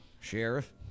sheriff